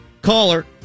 Caller